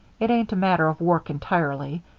it ain't a matter of work entirely.